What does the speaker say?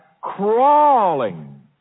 crawling